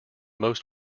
most